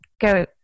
go